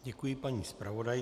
Děkuji paní zpravodajce.